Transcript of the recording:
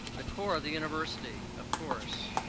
the core of the university of course.